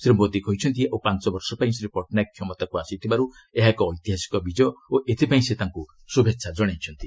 ଶ୍ରୀ ମୋଦି କହିଛନ୍ତି ଆଉ ପାଞ୍ଚ ବର୍ଷ ପାଇଁ ଶ୍ରୀ ପଟ୍ଟନାୟକ କ୍ଷମତାକୁ ଆସିଥିବାରୁ ଏହା ଏକ ଐତିହାସିକ ବିଜୟ ଓ ଏଥିପାଇଁ ସେ ତାଙ୍କୁ ଶୁଭେଚ୍ଛା ଜଣାଇଚ୍ଛନ୍ତି